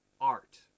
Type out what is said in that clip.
art